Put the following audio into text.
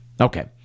Okay